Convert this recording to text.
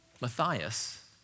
Matthias